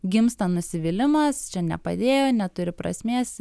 gimsta nusivylimas čia nepadėjo neturi prasmės